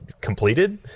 completed